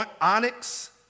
onyx